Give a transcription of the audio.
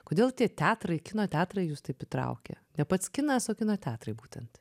kodėl tie teatrai kino teatrai jus taip įtraukė ne pats kinas o kino teatrai būtent